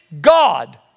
God